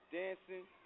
dancing